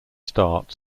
start